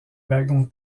wagons